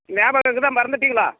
ஞாபகம் இருக்குதா மறந்துவிட்டீங்களா